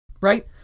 right